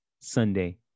Sunday